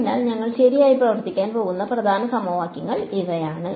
അതിനാൽ ഞങ്ങൾ ശരിയായി പ്രവർത്തിക്കാൻ പോകുന്ന പ്രധാന സമവാക്യങ്ങൾ ഇവയാണ്